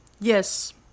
Yes